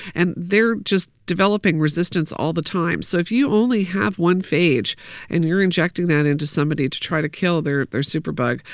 and they're just developing resistance all the time. so if you only have one phage and you're injecting that into somebody to try to kill their superbug,